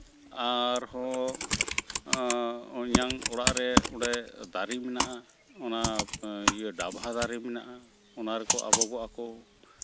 ᱟᱨᱦᱚᱸ ᱤᱧᱟᱹᱝ ᱚᱲᱟᱜ ᱨᱮ ᱚᱸᱰᱮ ᱫᱟᱨᱮ ᱢᱮᱱᱟᱜᱼᱟ ᱚᱱᱟ ᱰᱟᱵᱷᱟ ᱫᱟᱨᱮ ᱢᱮᱱᱟᱜᱼᱟ ᱚᱱᱟ ᱨᱮᱠᱚ ᱟᱵᱚᱜᱚᱜᱼᱟ ᱠᱚ